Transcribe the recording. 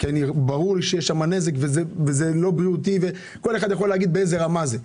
ברור שיש שם נזק, וכל אחד יכול לומר באיזו רמה זה.